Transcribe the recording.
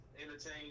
entertain